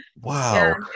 Wow